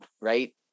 right